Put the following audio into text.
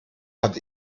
hat